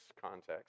context